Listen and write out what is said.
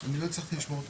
אני לא הצלחתי לשמוע,